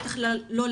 בטח לא לרגשות.